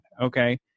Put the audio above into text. okay